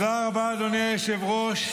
תודה רבה, אדוני היושב-ראש.